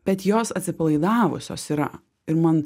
bet jos atsipalaidavusios yra ir man